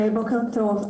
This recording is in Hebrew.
בוקר טוב.